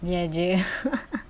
biar jer